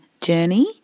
journey